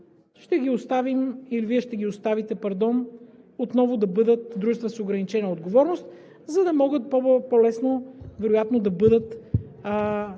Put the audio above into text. ще ги оставим, или Вие ще ги оставите, пардон, отново да бъдат дружества с ограничена отговорност, за да могат вероятно по-лесно да бъдат